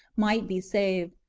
might be saved.